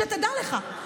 שתדע לך,